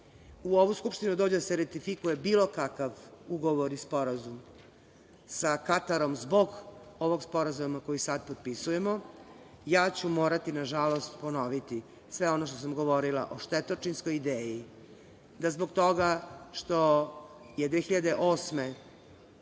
u ovu Skupštinu dođe da se ratifikuje bilo kakav ugovor i sporazum sa Katarom zbog ovog sporazuma koji sad potpisujemo, ja ću morati, nažalost, ponoviti sve ono što sam ponovila o štetočinskoj ideji, da zbog toga što je 2008.